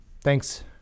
Thanks